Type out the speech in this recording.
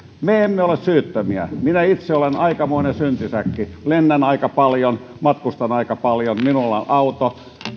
me emme ole syyttömiä minä itse olen aikamoinen syntisäkki lennän aika paljon matkustan aika paljon minulla on auto